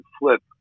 flip